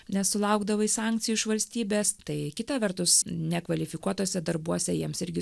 nes sulaukdavai sankcijų iš valstybės tai kita vertus nekvalifikuotuose darbuose jiems irgi